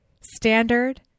standard